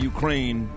Ukraine